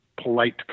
polite